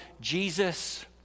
Jesus